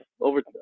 over